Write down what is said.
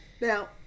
Now